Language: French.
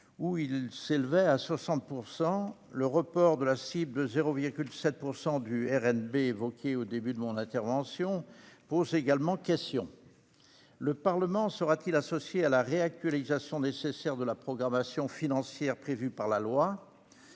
où il s'élevait à 60 %. Le report de la cible de 0,7 % du RNB, évoqué au début de mon intervention, pose également question : le Parlement sera-t-il associé à la réactualisation nécessaire de la programmation financière prévue par la loi ?